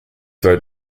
vote